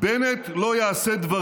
בנט לא יעשה דברים,